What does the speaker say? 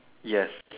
yes